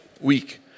week